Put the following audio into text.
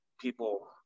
people